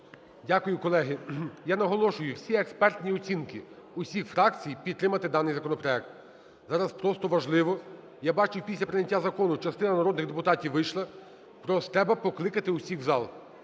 Дякую, колеги. Я наголошую, всі експертні оцінки усіх фракцій – підтримати даний законопроект. Зараз просто важливо, я бачу, після прийняття закону частина народних депутатів вийшла, просто треба покликати усіх в зал,